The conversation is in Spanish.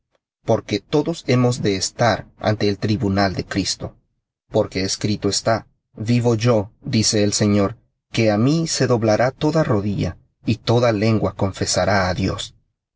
porque todos hemos de estar ante el tribunal de cristo porque escrito está vivo yo dice el señor que á mí se doblará toda rodilla y toda lengua confesará á dios